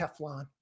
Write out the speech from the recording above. Teflon